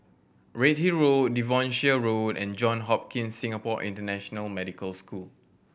Redhill Road Devonshire Road and John Hopkins Singapore International Medical School